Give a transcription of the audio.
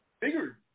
bigger